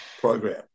program